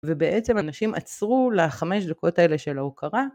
ובעצם אנשים עצרו לחמש דקות האלה של ההוקרה.